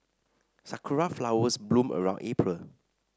sakura flowers bloom around April